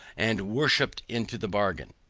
and worshipped into the bargain!